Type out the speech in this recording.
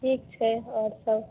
ठीक छै आओर सब